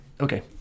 okay